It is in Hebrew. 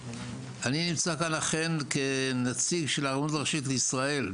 אני נמצא כאן אכן כנציג של הרבנות הראשית לישראל,